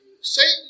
Satan